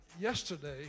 yesterday